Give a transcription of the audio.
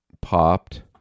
popped